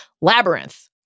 labyrinth